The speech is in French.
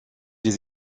des